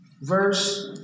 verse